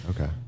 Okay